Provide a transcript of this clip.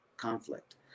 conflict